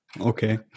Okay